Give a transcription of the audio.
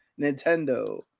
Nintendo